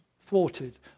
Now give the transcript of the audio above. thwarted